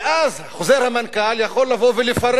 ואז חוזר המנכ"ל יכול לפרט: